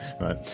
Right